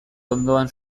ondoan